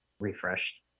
Refreshed